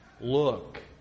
look